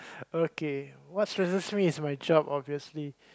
okay what stresses me is my job obviously